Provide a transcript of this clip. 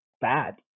bad